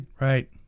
Right